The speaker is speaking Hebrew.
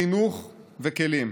חינוך וכלים.